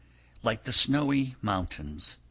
like the snowy mountains